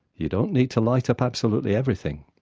you don't need to light up absolutely everything.